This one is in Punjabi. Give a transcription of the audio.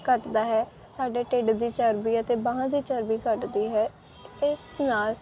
ਘਟਦਾ ਹੈ ਸਾਡੇ ਢਿੱਡ ਦੀ ਚਰਬੀ ਅਤੇ ਬਾਹਾਂ ਦੀ ਚਰਬੀ ਘਟਦੀ ਹੈ ਇਸ ਨਾਲ